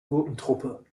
gurkentruppe